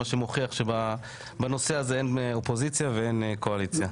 מה שמוכיח שבנושא הזה אין אופוזיציה ואין קואליציה.